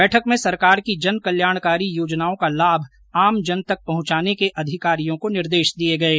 बैठक में सरकार की जन कल्याणकारी योजनाओं का लाभ आमजन तक पहुंचाने के अधिकारियों को निर्देश दिये गये